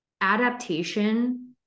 adaptation